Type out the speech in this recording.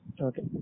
Okay